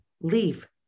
leave